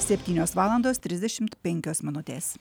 septynios valandos trisdešimt penkios minutės